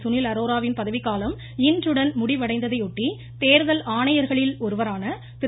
சுனில் அரோராவின் பதவிக்காலம் இன்றுடன் முடிவடைவதை ஒட்டி தேர்தல் ஆணையர்களில் ஒருவரான திரு